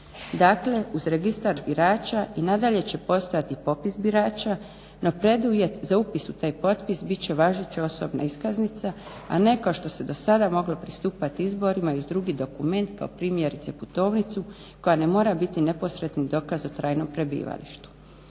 Dakle, uz Registar birača i nadalje će postojati popis birača no preduvjet za upis u taj potpis bit će važeća osobna iskaznica, a ne kao što se do sada moglo pristupat izborima i uz drugi dokument kao primjerice putovnicu koja ne mora biti neposredni dokaz o trajnom prebivalištu.